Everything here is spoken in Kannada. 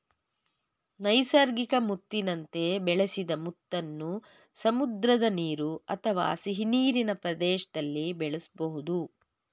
ನೈಸರ್ಗಿಕ ಮುತ್ತಿನಂತೆ ಬೆಳೆಸಿದ ಮುತ್ತನ್ನು ಸಮುದ್ರ ನೀರು ಅಥವಾ ಸಿಹಿನೀರಿನ ಪ್ರದೇಶ್ದಲ್ಲಿ ಬೆಳೆಸ್ಬೋದು